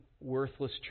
worthless